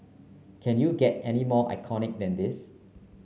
can you get any more iconic than this